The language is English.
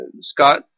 Scott